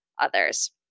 others